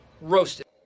Roasted